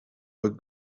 were